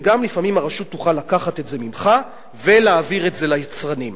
וגם לפעמים הרשות תוכל לקחת את זה ממך ולהעביר את זה ליצרנים.